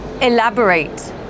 Elaborate